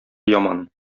яман